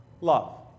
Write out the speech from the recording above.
love